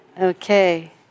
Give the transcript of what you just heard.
Okay